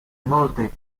molte